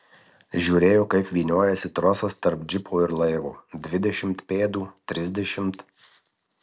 žiūrėjo kaip vyniojasi trosas tarp džipo ir laivo dvidešimt pėdų trisdešimt